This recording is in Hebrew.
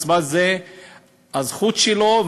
הקצבה היא הזכות שלו,